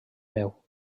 neu